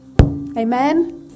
Amen